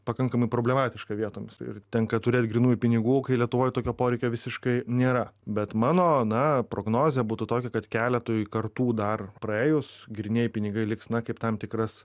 pakankamai problematiška vietomis ir tenka turėt grynųjų pinigų kai lietuvoje tokio poreikio visiškai nėra bet mano na prognozė būtų tokia kad keletui kartų dar praėjus grynieji pinigai liks na kaip tam tikras